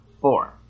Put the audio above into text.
four